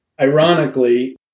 Ironically